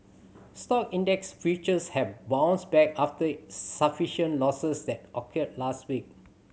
stock index futures have bounced back after sufficient losses that occurred last week